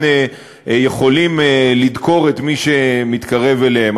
יכולים לדקור את מי שמתקרב אליהם.